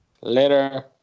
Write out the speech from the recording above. Later